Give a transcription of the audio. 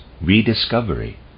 rediscovery